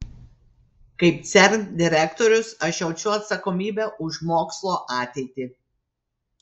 kaip cern direktorius aš jaučiu atsakomybę už mokslo ateitį